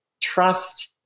trust